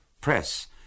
Press